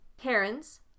herons